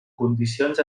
condicions